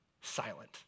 silent